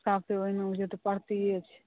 साफे ओहिना बुझू तऽ परतीये छै